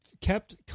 kept